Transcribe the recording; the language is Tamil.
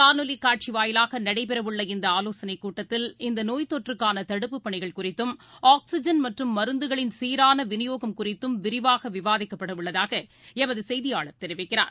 காணொலிக் காட்சிவாயிலாகநடைபெறவுள்ள இந்தஆலோசனைக் கூட்டத்தில் இந்தநோய்த் தொற்றக்கானதடுப்புப் பணிகள் குறித்தும் ஆக்ஸிஜன் மற்றும் மருந்துகளின் சீரானவிநியோகம் குறித்தும் விரிவாகவிவாதிக்கப்படவுள்ளதாகளமதுசெய்தியாளர் தெரிவிக்கிறார்